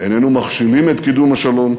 איננו מכשילים את קידום השלום,